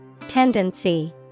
Tendency